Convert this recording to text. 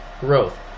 growth